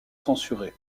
censuré